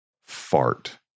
fart